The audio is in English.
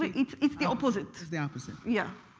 ah it's it's the opposite. it's the opposite. yeah.